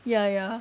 ya ya